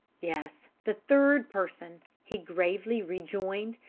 yes, the third person, he gravely rejoined,